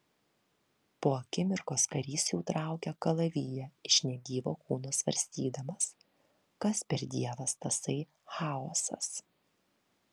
po akimirkos karys jau traukė kalaviją iš negyvo kūno svarstydamas kas per dievas tasai chaosas